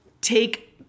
take